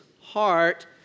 heart